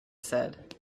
said